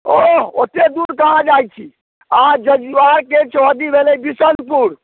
ओह ओतेक दूर कहाँ जाइत छी अहाँ जजुआरके चौहद्दी भेलै बिसनपुर